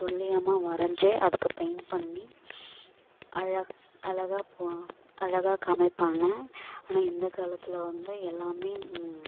துல்லியமாக வரைஞ்சி அதுக்கு பெயிண்ட் பண்ணி அழ அழகா போ அழகாக காமிப்பாங்க ஆனால் இந்த காலத்தில் வந்து எல்லாமே